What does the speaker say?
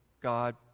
God